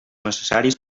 necessaris